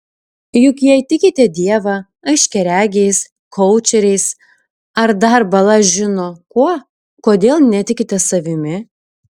juk jei tikite dievą aiškiaregiais koučeriais ar dar bala žino kuo kodėl netikite savimi